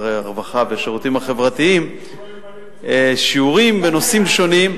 הרווחה והשירותים החברתיים שיעורים בנושאים שונים,